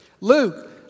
Luke